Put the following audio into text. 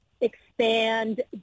expand